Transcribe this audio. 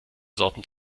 sorten